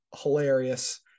hilarious